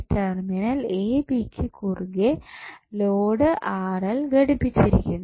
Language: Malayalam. ടെർമിനൽ എ ബി ക്കു കുറുകെ ലോഡ് ഘടിപ്പിച്ചിരിക്കുന്നു